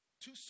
two